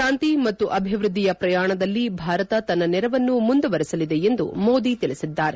ಶಾಂತಿ ಮತ್ತು ಅಭಿವೃದ್ಧಿಯ ಪ್ರಯಾಣದಲ್ಲಿ ಭಾರತ ತನ್ನ ನೆರವನ್ನು ಮುಂದುವರಿಸಲಿದೆ ಎಂದು ಮೋದಿ ತಿಳಿಸಿದ್ದಾರೆ